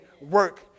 work